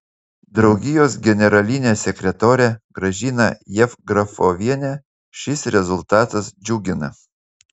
draugijos generalinę sekretorę gražiną jevgrafovienę šis rezultatas džiugina